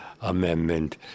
Amendment